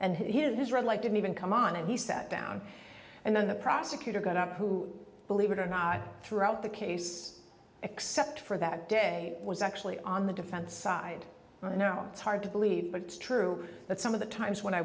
and his red light didn't even come on and he set down and then the prosecutor got up who believe it or not throughout the case except for that day was actually on the defense side i know it's hard to believe but it's true that some of the times when i